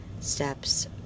steps